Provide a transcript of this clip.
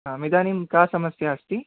आमिदानीं का समस्या अस्ति